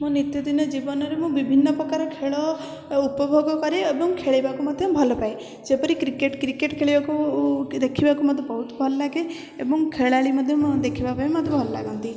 ମୋ ନିତ୍ୟଦିନ ଜୀବନରେ ମୁଁ ବିଭନ୍ନ ପ୍ରକାର ଖେଳ ଉପଭୋଗ କରେ ଏବଂ ଖେଳିବାକୁ ମଧ୍ୟ ଭଲ ପାଏ ଯେପରି କ୍ରିକେଟ୍ କ୍ରିକେଟ୍ ଖେଳିବାକୁ କି ଦେଖିବାକୁ ମୋତେ ବହୁତ ଭଲ ଲାଗେ ଏବଂ ଖେଳାଳି ମଧ୍ୟ ମୁଁ ଦେଖିବା ପାଇଁ ମୋତେ ଭଲ ଲାଗନ୍ତି